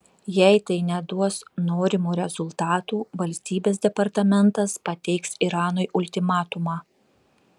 jei tai neduos norimų rezultatų valstybės departamentas pateiks iranui ultimatumą